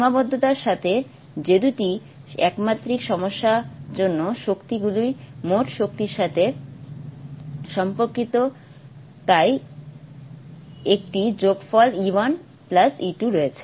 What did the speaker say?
সীমাবদ্ধতার সাথে যেদুটি একমাত্রিক সমস্যার জন্য শক্তি গুলি মোট শক্তির সাথে সম্পর্কিত তার একটি যোগফল E 1 E 2 রয়েছে